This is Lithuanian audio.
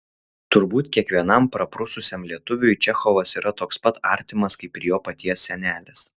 turbūt kiekvienam praprususiam lietuviui čechovas yra toks pat artimas kaip ir jo paties senelis